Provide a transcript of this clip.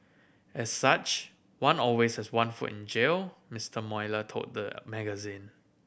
as such one always has one foot in jail Mister Mueller told the magazine